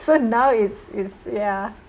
so now it's it's ya